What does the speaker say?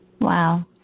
Wow